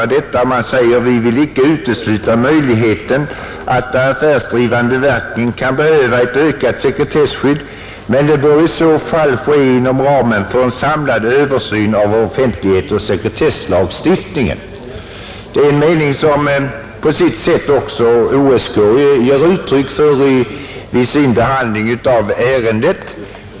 De säger i sin motion bl a.: ”Vi vill inte utesluta möjligheten att de affärsdrivande verken kan behöva ett ökat sekretesskydd, men det bör i så fall ske inom ramen för en samlad översyn av offentlighetsoch sekretesslagstiftningen.” Detta är en mening som också offentlighetsoch sekretesslagstiftningskommittén på sitt sätt har givit uttryck för vid sin behandling av ärendet.